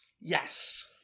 Yes